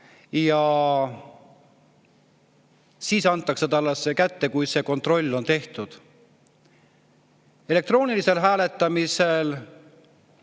ja see antakse talle kätte siis, kui see kontroll on tehtud. Elektroonilisel hääletamisel